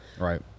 Right